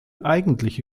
eigentliche